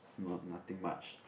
not nothing much